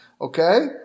okay